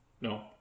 No